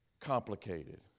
complicated